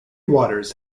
waters